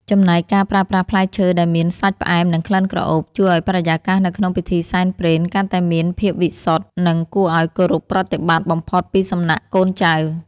ចំណែកការប្រើប្រាស់ផ្លែឈើដែលមានសាច់ផ្អែមនិងក្លិនក្រអូបជួយឱ្យបរិយាកាសនៅក្នុងពិធីសែនព្រេនកាន់តែមានភាពវិសុទ្ធ និង គួរឱ្យគោរពប្រតិបត្តិបំផុតពីសំណាក់កូនចៅ។